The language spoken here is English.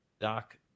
doc